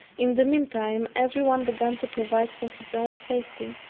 in the mean time every one began to provide for his own safety,